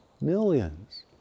millions